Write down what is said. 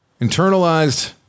internalized